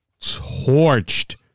torched